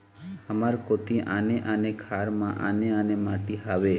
हमर कोती आने आने खार म आने आने माटी हावे?